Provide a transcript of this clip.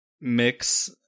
mix